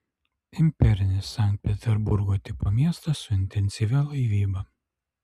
imperinis sankt peterburgo tipo miestas su intensyvia laivyba